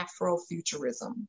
Afrofuturism